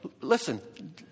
Listen